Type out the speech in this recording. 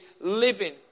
living